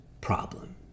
problem